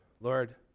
Lord